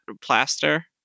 plaster